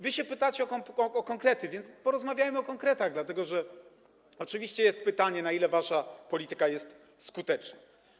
Wy pytacie o konkrety, więc porozmawiajmy o konkretach, dlatego że oczywiście jest pytanie, na ile wasza polityka jest skuteczna.